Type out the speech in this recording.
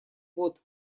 год